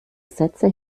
sätze